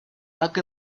так